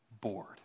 bored